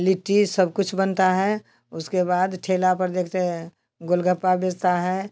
लिट्टी सब कुछ बनता है उसके बाद ठेला पर देखते हैं गोलगप्पा बेचता है